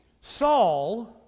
Saul